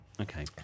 okay